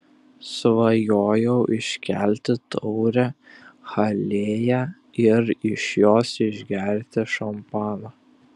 svajojau iškelti taurę halėje ir iš jos išgerti šampano